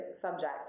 subject